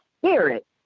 spirit